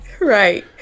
Right